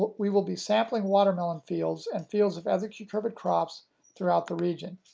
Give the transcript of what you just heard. we will be sampling watermelon fields and fields of other cucurbit crops throughout the region.